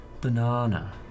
Banana